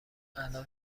الان